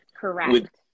Correct